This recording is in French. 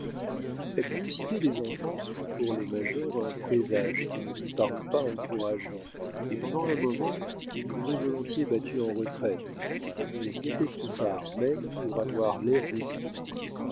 la curiosité des enfants fut pour le major un présage qui ne lui parut pas encourageant et pendant un moment il aurait volontiers battu en retraite mais il était trop tard même pour avoir l'air